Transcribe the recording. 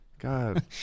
God